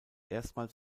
erstmals